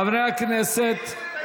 חברי הכנסת,